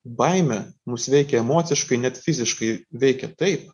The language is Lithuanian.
baimė mus veikia emociškai net fiziškai veikia taip